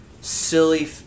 silly